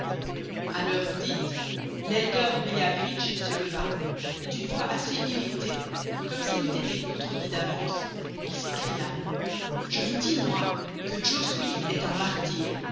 a l'heure dite l'elder william hitch se leva et d'une voix assez irritée comme s'il eût été contredit d'avance il s'écria je vous dis moi que joe smyth est un martyr